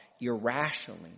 irrationally